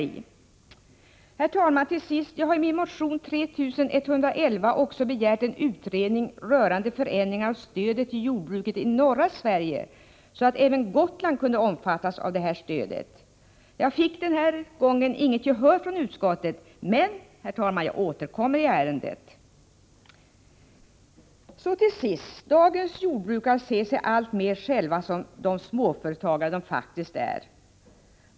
Jag har i min motion 3111 också begärt en utredning rörande förändringar av stödet till jordbruket i norra Sverige, så att även Gotland kunde omfattas av detta stöd. Jag fick denna gång inget gehör från utskottet, men jag återkommer i detta ärende. Dagens jordbrukare ser sig alltmer själva som de småföretagare de faktiskt är.